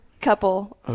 couple